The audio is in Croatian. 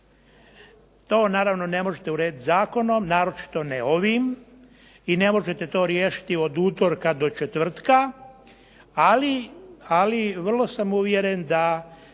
To naravno ne možete urediti zakonom, naročito ne ovim i ne možete to riješiti od utorka do četvrtka, ali vrlo sam uvjeren da